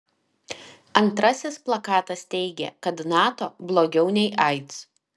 antrasis plakatas teigė kad nato blogiau nei aids